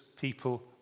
people